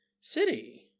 City